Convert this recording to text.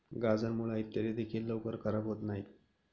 गाजर, मुळा इत्यादी देखील लवकर खराब होत नाहीत